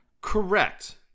Correct